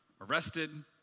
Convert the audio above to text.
arrested